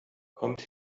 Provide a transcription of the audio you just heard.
kommt